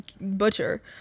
butcher